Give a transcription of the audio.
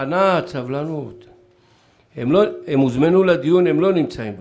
ענת, הם הוזמנו לדיון, הם לא נמצאים בדיון.